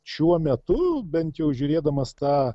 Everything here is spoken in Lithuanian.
šiuo metu bent jau žiūrėdamas tą